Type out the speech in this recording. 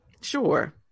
sure